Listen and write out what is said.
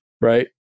right